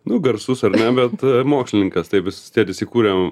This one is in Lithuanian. nu garsus ar ne bet mokslininkas tai vis tėtis įkūrė